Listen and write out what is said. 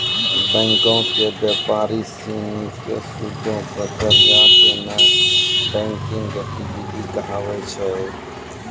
बैंको से व्यापारी सिनी के सूदो पे कर्जा देनाय बैंकिंग गतिविधि कहाबै छै